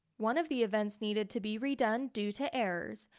one of the events needed to be redone due to errors.